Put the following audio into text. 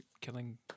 killing